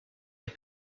les